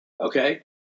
okay